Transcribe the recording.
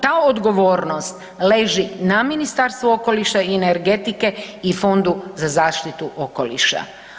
Ta odgovornost leži na Ministarstvu okoliša i energetike i Fondu za zaštitu okoliša.